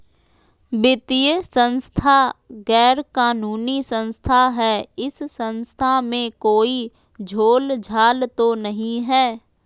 वित्तीय संस्था गैर कानूनी संस्था है इस संस्था में कोई झोलझाल तो नहीं है?